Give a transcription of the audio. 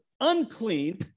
unclean